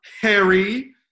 Harry